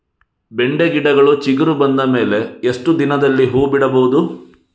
ಬೆಂಡೆ ಗಿಡಗಳು ಚಿಗುರು ಬಂದ ಮೇಲೆ ಎಷ್ಟು ದಿನದಲ್ಲಿ ಹೂ ಬಿಡಬಹುದು?